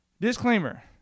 Disclaimer